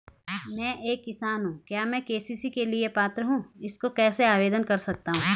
मैं एक किसान हूँ क्या मैं के.सी.सी के लिए पात्र हूँ इसको कैसे आवेदन कर सकता हूँ?